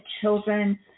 Children